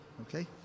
Okay